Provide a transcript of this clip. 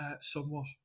somewhat